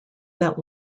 that